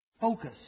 focus